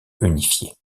unifié